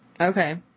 Okay